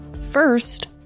First